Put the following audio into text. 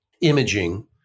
imaging